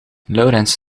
laurens